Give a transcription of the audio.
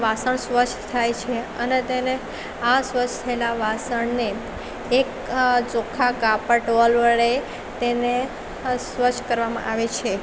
વાસણ સ્વચ્છ થાય છે અને તેને આ સ્વચ્છ થયેલાં વાસણને એક ચોખ્ખાં કાપડ ટુવાલ વડે તેને સ્વચ્છ કરવામાં આવે છે